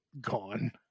gone